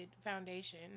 foundation